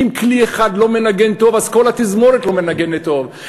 אם כלי אחד לא מנגן טוב אז כל התזמורת לא מנגנת טוב.